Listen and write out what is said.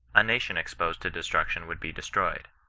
a nation exposed to destruction would be de btrojcd.